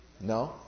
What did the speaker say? No